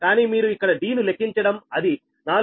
కానీ మీరు ఇక్కడ d ను లెక్కించండి అది 4